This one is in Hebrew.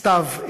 סתיו,